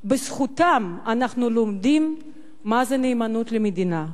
בזכותם אנחנו לומדים מה זה נאמנות למדינה,